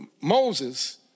Moses